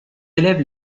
élèves